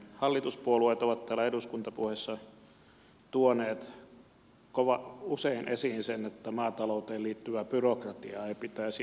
hallituspuolueet ovat täällä eduskuntapuheissa tuoneet usein esiin sen että maatalouteen liittyvää byrokratiaa ei pitäisi lisätä